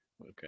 okay